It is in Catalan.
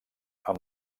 amb